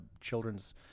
children's